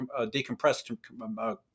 decompressed